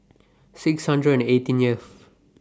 six hundred and eighteenth